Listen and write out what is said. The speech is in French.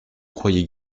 croyait